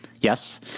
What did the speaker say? Yes